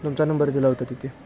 तुमचा नंबर दिला होता तिथे